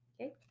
Okay